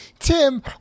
Tim